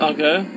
Okay